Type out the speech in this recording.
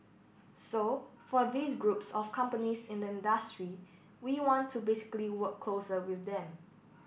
so for these groups of companies in the industry we want to basically work closer with them